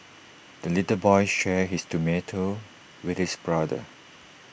the little boy shared his tomato with his brother